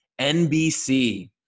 NBC